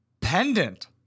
pendant